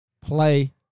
play